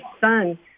son